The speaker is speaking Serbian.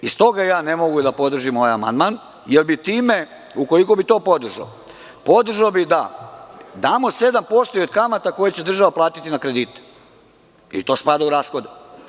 S toga ne mogu da podržim ovaj amandman jer bi, ukoliko bi to podržao, podržao bi da damo 7% i od kamata koje će država platiti na kredite i to spada u rashode.